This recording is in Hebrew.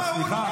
סליחה.